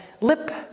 lip